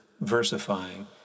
versifying